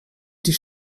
die